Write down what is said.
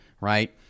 right